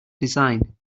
design